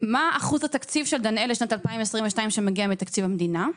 מה אחוז התקציב של דנאל לשנת 2022 שמגיע מתקציב המדינה?